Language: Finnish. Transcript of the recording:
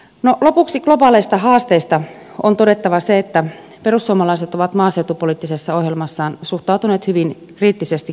no lopuksi globaaleista haasteista on todettava se että perussuomalaiset ovat maaseutupoliittisessa ohjelmassaan suhtautuneet hyvin kriittisesti geenimuunteluun